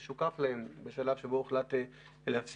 זה שוקף להם בשלב שבו הוחלט להפסיק.